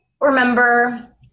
remember